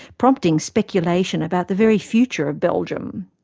prompting speculation about the very future of belgium.